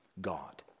God